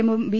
എമ്മും ബി